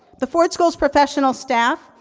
the ford school's professional staff,